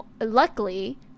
luckily